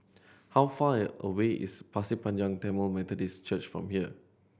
how far away is Pasir Panjang Tamil Methodist Church from here